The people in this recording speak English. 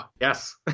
yes